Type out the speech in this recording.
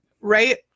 Right